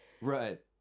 Right